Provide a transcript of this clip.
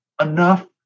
enough